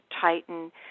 tighten